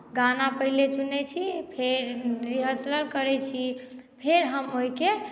गाना हम पहिने चुनैत छी फेर रिहल्सलल करैत छी फेर हम ओहिके